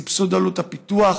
סבסוד עלות הפיתוח,